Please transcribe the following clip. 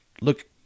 look